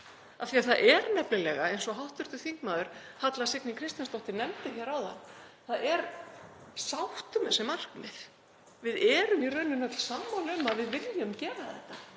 því að það er nefnilega eins og hv. þm. Halla Signý Kristjánsdóttir nefndi áðan, það er sátt um þessi markmið. Við erum í raun öll sammála um að við viljum gera þetta